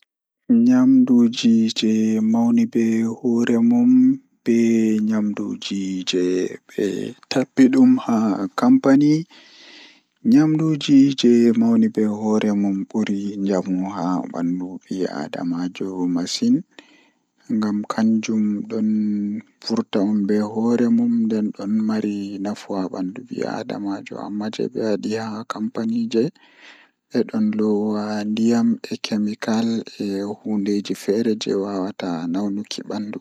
Njoɓdi organic waɗi njamdi e waɗde goɗɗo naatndu, nder soɗɗi kadi daande laawol ndiyam ɗi. Njama e njoɓdi ɗi, waɗi kadi njiɗo e rewɓe ko waɗi waɗde naatndu, teeƴii heɓa hudu jeenɗi na’i, fuuɓe, kadi harande ɗi. Njoɓdi non-organic, kadi waɗi ɗi woni ɗum, ko woni waɗde ngoodi non-organic aɗaaki gollal, ngoodi rewɓe fuuɓe kadi dagal.